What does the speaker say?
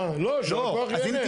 מה, לא, שהלקוח יהנה.